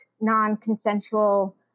non-consensual